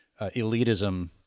elitism